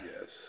Yes